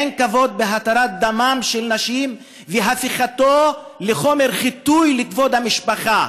אין כבוד בהתרת דמן של נשים והפיכתו לחומר חיטוי לכבוד המשפחה.